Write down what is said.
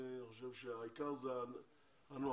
אני חושב שהעיקר זה הנוהל,